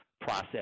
process